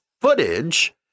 footage